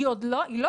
היא לא שם.